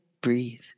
breathe